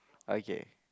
okay